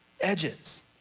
edges